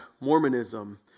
Mormonism